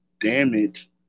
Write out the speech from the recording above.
damage